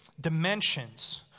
dimensions